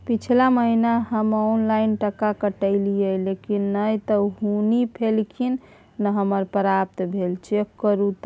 पिछला महीना हम ऑनलाइन टका कटैलिये लेकिन नय त हुनी पैलखिन न हमरा प्राप्त भेल, चेक करू त?